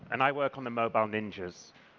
and i work on the mobile ninjas.